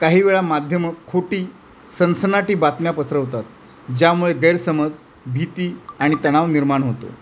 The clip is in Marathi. काही वेळा माध्यमं खोटी सनसनाटी बातम्या पसरवतात ज्यामुळे गैरसमज भीती आणि तणाव निर्माण होतो